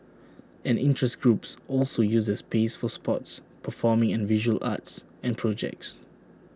and interest groups also use the space for sports performing and visual arts and projects